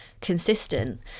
consistent